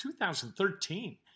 2013